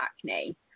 acne